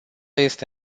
este